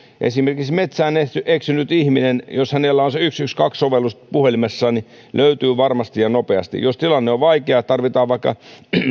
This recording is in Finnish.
esimerkiksi metsään eksynyt ihminen jos hänellä on se yksi yksi kaksi sovellus puhelimessaan löytyy varmasti ja nopeasti jos tilanne on vaikea tarvitaan vaikka